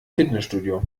fitnessstudio